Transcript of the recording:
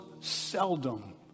seldom